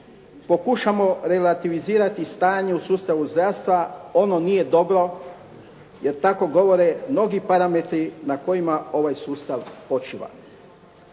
pokušamo relativizirati stanje u sustavu zdravstva ono nije dobro jer tako govore mnogi parametri na kojima ovaj sustav počiva.